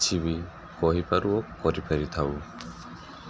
କିଛି ବି କହିପାରୁ ଓ କରିପାରିଥାଉ